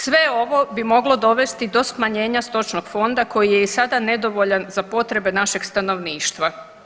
Sve ovo bi moglo dovesti do smanjenja stočnog fonda koji je i sada nedovoljan za potrebe našeg stanovništva.